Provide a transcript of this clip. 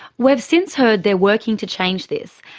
we've since heard they are working to change this,